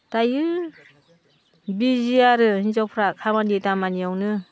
दायो बिजि आरो हिनजावफ्रा खामानि दामानियावनो